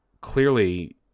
clearly